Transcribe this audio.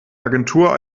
agentur